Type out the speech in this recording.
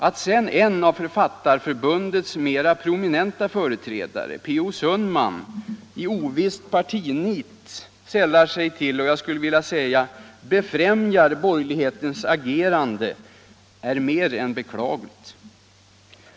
Att sedan en av Författarförbundets mera prominenta företrädare — P. O. Sundman -— i ovist partinit sällar sig till och — skulle jag vilja säga — befrämjar borgerlighetens agerande är mer än beklagligt.